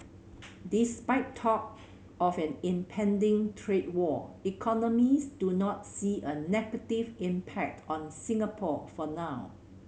despite talk of an impending trade war economist do not see a negative impact on Singapore for now